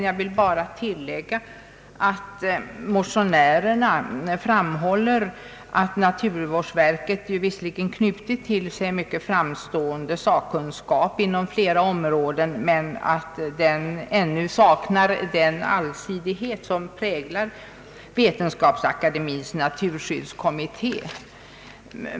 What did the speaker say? Jag vill bara tillägga att motionärerna framhåller att naturvårdsverket visserligen knutit till sig mycket framstående sakkunskap inom flera områden, men att denna ännu saknar den allsidighet som präglar Vetenskapsakademiens naturskyddskommitté.